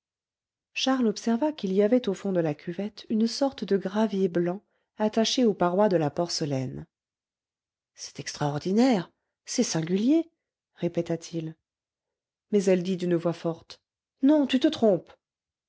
charles observa qu'il y avait au fond de la cuvette une sorte de gravier blanc attaché aux parois de la porcelaine c'est extraordinaire c'est singulier répéta-t-il mais elle dit d'une voix forte non tu te trompes